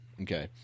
Okay